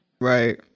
Right